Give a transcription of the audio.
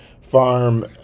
farm